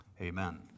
amen